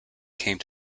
came